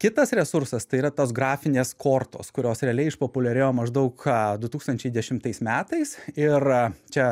kitas resursas tai yra tos grafinės kortos kurios realiai išpopuliarėjo maždaug ką du tūkstančiai dešimtais metais ir čia